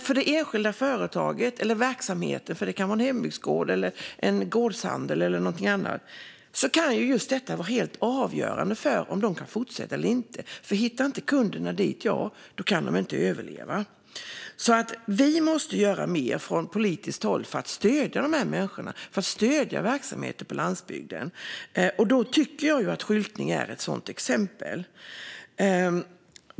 För det enskilda företaget eller den enskilda verksamheten - en hembygdsgård, gårdshandel eller något annat - kan detta vara helt avgörande för om de kan fortsätta sin verksamhet eller inte. Om kunderna inte hittar dit kan de inte överleva. Vi måste från politiskt håll göra mer för att stödja dessa människor och verksamheter på landsbygden. Där är skyltning ett sådant exempel.